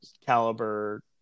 caliber